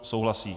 Souhlasí.